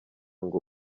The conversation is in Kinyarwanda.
ngo